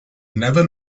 never